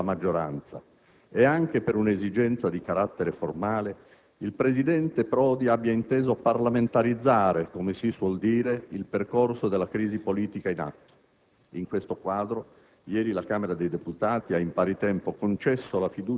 Tuttavia, capisco e condivido che, di fronte alle turbolenze nella maggioranza e anche per un'esigenza di correttezza formale, il presidente Prodi abbia inteso parlamentarizzare, come si suol dire, il percorso della crisi politica in atto.